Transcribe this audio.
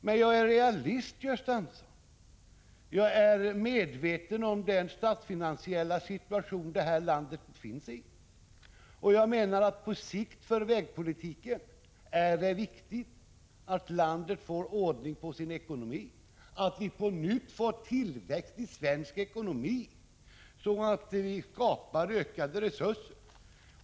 Man jag är realist, Gösta Andersson. Jag är medveten om den statsfinansiella situation som det här landet befinner sig i. Jag anser att det på sikt är viktigt för vägpolitiken att landet får ordning på sin ekonomi, att vi på nytt får tillväxt i svensk ekonomi, så att vi kan skapa ökade resurser.